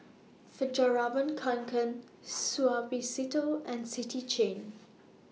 Fjallraven Kanken Suavecito and City Chain